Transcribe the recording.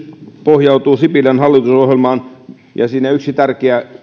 pohjautuvat sipilän hallitusohjelmaan ja siinä yksi tärkeä